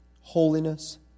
holiness